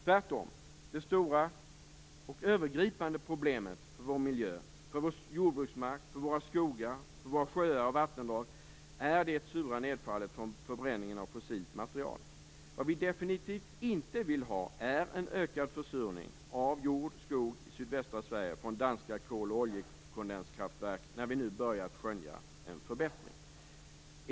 Tvärtom är det stora och övergripande problemet för vår miljö, vår jordbruksmark, våra skogar, våra sjöar och vattendrag det sura nedfallet från förbränningen av fossilt material. Vad vi definitivt inte vill ha är en ökad försurning av jord och skog från danska kol och oljekondenskraftverk i sydvästra Sverige när vi nu börjat skönja en förbättring.